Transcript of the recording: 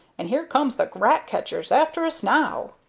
and here comes the rat-catchers after us now!